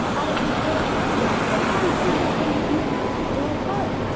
out-of-this-world happened, sometimes people really do grow apart.